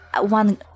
one